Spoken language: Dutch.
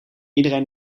iedereen